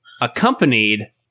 accompanied